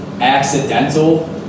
accidental